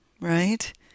right